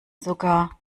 sogar